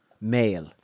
male